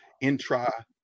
intra-